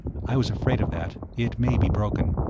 i was afraid of that it may be broken.